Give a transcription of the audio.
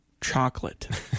Chocolate